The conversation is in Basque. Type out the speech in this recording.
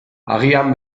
agian